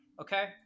Okay